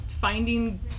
finding